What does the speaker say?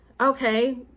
okay